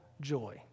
joy